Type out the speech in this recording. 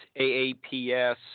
AAPS